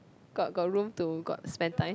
got got room to got spend time